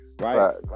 right